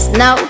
no